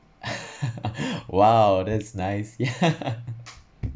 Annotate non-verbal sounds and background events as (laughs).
(laughs) !wow! that's nice (laughs)